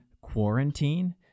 quarantine